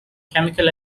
chemical